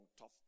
tough